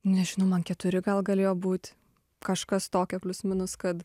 nežinau man keturi gal galėjo būt kažkas tokio plius minus kad